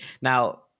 Now